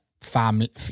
family